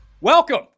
welcome